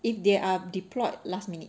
if there are deployed last minute